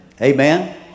Amen